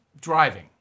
driving